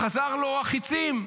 חזרו לו החיצים.